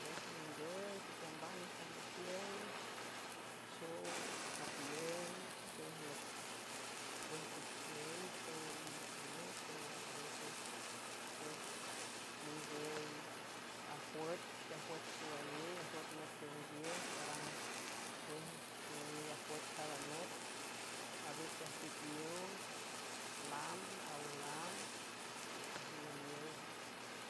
Pues ningüy tequiambaj ning sajlüquiün xow apac iünd xow ajlüc cuej pipel xow majnej xow a veces pues ningüy ajwüet teajwüt xowayey ajwüet nüt teonguiü sarang cuejxowayey ajuüet cada nüt avese ajtipiow lam aw lam ajmeliow